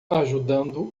ajudando